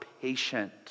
patient